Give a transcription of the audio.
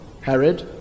Herod